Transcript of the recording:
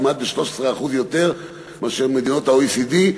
כמעט ב-13% יותר מאשר במדינות ה-OECD,